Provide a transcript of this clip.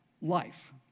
life